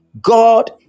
god